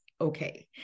okay